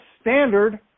standard